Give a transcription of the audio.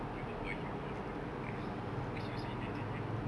then what about you what would you want to work as because sui sui in engineering